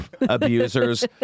abusers